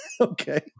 okay